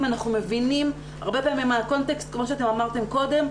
אנחנו מבינים הרבה פעמים מבינים מהקונטקסט כמו שאמרתם קודם,